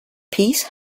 piece